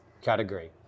category